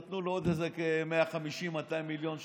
ונתנו לו עוד איזה 200-150 מיליון שקל.